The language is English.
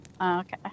Okay